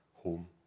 home